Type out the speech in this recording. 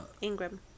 Ingram